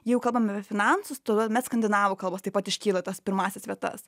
jeigu kalbam apie finansus tuomet skandinavų kalbos taip pat iškyla į tas pirmąsias vietas